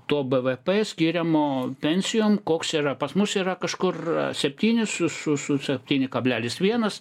to b v p skiriamo pensijon koks yra pas mus yra kažkur septyni su su su septyni kablelis vienas